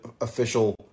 official